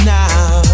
now